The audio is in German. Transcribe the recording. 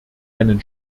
einen